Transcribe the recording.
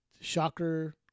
Shocker